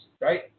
right